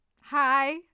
Hi